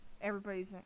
everybody's